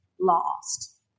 lost